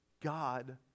God